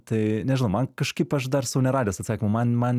tai nežinau man kažkaip aš dar sau neradęs atsakymo man man